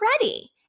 ready